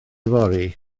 yfory